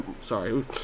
sorry